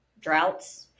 droughts